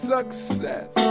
Success